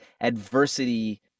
adversity